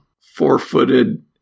four-footed